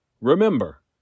Remember